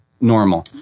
normal